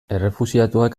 errefuxiatuak